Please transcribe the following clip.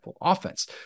offense